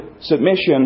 submission